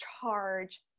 charge